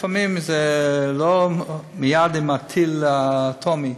לפעמים זה לא מייד עם טיל אטומי,